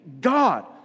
God